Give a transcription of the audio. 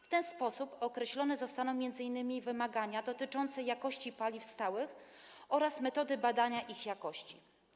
W ten sposób określone zostaną m.in. wymagania dotyczące jakości paliw stałych oraz metody badania ich jakości.